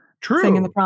True